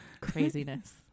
Craziness